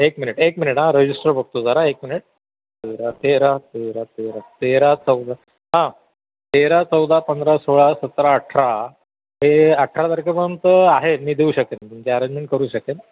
एक मिनिट एक मिनिट हां रजिस्टर बघतो जरा एक मिनिट तेरा तेरा तेरा तेरा तेरा चौदा हां तेरा चौदा पंधरा सोळा सतरा अठरा हे अठरा तारखेपर्यंत आहे मी देऊ शकेन तुमचे अरेंजमेंट करू शकेन